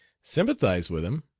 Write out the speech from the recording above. sympathize with him!